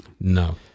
No